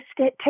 take